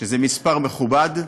שזה מספר מכובד,